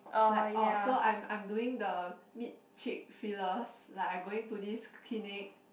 like oh so I'm I'm doing the mid cheek fillers like I going to this clinic